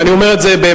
ואני אומר את זה באמת,